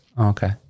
Okay